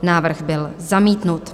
Návrh byl zamítnut.